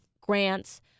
grants—